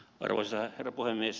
arvoisa herra puhemies